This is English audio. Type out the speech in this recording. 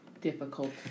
difficult